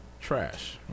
trash